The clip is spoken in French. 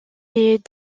est